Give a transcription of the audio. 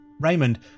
Raymond